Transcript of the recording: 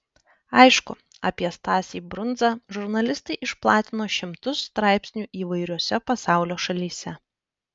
aišku apie stasį brundzą žurnalistai išplatino šimtus straipsnių įvairiose pasaulio šalyse